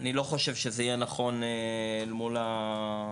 אני לא חושב שיהיה נכון לפרט כאן.